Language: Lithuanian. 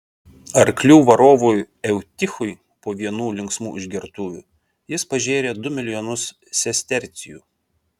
arklių varovui eutichui po vienų linksmų išgertuvių jis pažėrė du milijonus sestercijų